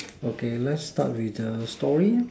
okay let start with the story